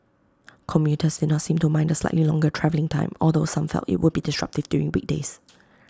commuters did not seem to mind the slightly longer travelling time although some felt IT would be disruptive during weekdays